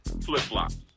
flip-flops